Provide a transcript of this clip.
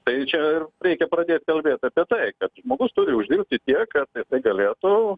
tai čia ir reikia pradėt kalbėt apie tai kad žmogus turi uždirbt tiek kad jisai galėtų